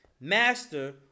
master